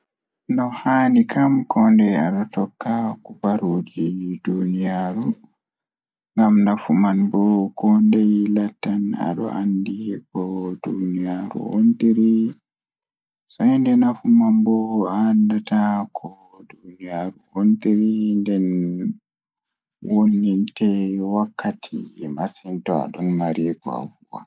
No handi kam kondei aɗon tokka kubaruuji duniyaaru Eyi, ko ɗum fuɗɗi e tawti news, kono ɗum wondi ndiyam jeyɗi. Ɓuri ko waɗde warude e hakke ko yimɓe heɓi laawol e nder duniya. Kono, ɓuri ɗum jokka fiyaama sabuɓe dooɗi no waawi fota fota, ɗum fuɗɗi seɗaade hayde.